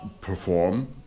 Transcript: perform